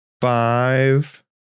five